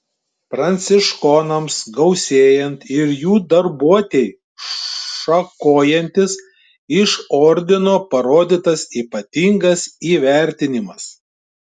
pranciškonams gausėjant ir jų darbuotei šakojantis iš ordino parodytas ypatingas įvertinimas